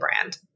brand